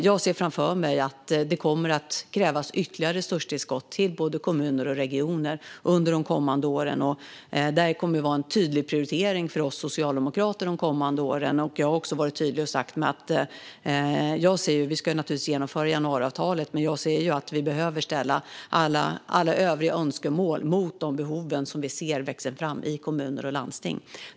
Jag ser framför mig att det kommer att krävas ytterligare resurstillskott till både kommuner och regioner under de kommande åren. Detta kommer att vara en tydlig prioritering för oss socialdemokrater. Jag har också varit tydlig och sagt att vi naturligtvis ska genomföra januariavtalet men att vi behöver ställa alla övriga önskemål mot de behov vi ser växa fram i kommuner och landsting.